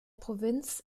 provinz